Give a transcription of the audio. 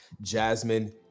Jasmine